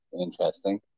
interesting